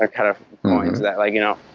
ah kind of coins that, like you know,